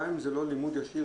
גם אם זה לא לימוד ישיר.